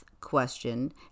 question